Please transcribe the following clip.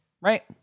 Right